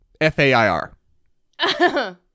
F-A-I-R